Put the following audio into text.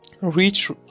reach